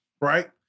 right